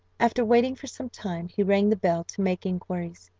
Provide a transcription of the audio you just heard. after waiting for some time, he rang the bell, to make inquiries.